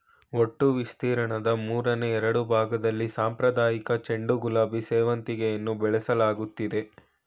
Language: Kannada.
ಒಟ್ಟು ವಿಸ್ತೀರ್ಣದ ಮೂರನೆ ಎರಡ್ಭಾಗ್ದಲ್ಲಿ ಸಾಂಪ್ರದಾಯಿಕ ಚೆಂಡು ಗುಲಾಬಿ ಸೇವಂತಿಗೆಯನ್ನು ಬೆಳೆಸಲಾಗ್ತಿದೆ